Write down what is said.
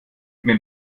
wenn